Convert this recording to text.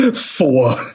Four